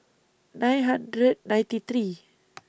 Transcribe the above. nine hundred ninety three